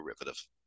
derivative